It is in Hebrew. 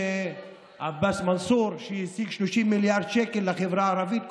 עבאס מנסור השיג 30 מיליארד שקל לחברה הערבית,